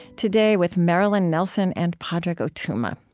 today, with marilyn nelson and padraig o tuama.